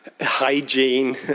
hygiene